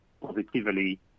positively